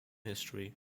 history